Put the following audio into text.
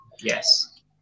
Yes